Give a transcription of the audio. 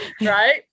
right